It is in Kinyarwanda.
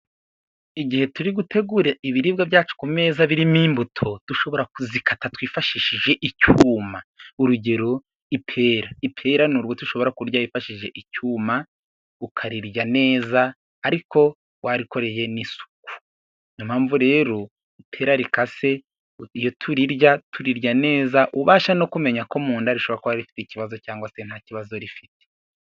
Igihe turi gutegura ibiribwa byacu ku meza birimo imbuto dushobora kuzikata twifashishije icyuma, urugero ipera ipera ushobara kurirya wifashishije icyuma ukarirya neza ariko warikoreye n'isuku. Impamvu rero ipera rikase iyo turirya neza uba ubasha no kumenya ko mu nda rishobora kuba rifite ikibazo cyangwa se nta kibazo rifite.